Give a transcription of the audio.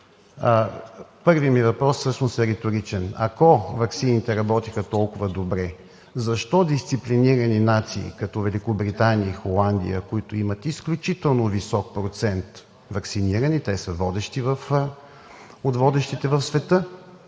Първият ми въпрос всъщност е риторичен: ако ваксините работеха толкова добре, защо дисциплинирани нации като Великобритания и Холандия, които имат изключително висок процент ваксинирани – те са от водещите в света,